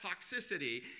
toxicity